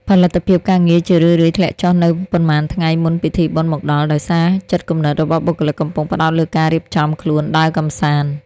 ផលិតភាពការងារជារឿយៗធ្លាក់ចុះនៅប៉ុន្មានថ្ងៃមុនពិធីបុណ្យមកដល់ ដោយសារចិត្តគំនិតរបស់បុគ្គលិកកំពុងផ្តោតលើការរៀបចំខ្លួនដើរកម្សាន្ត។